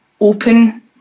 open